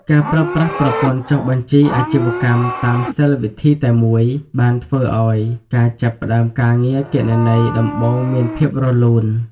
ការប្រើប្រាស់ប្រព័ន្ធចុះបញ្ជីអាជីវកម្មតាមសិល្ប៍វិធីតែមួយ បានធ្វើឱ្យការចាប់ផ្តើមការងារគណនេយ្យដំបូងមានភាពរលូន។